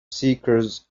seekers